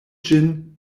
ĝin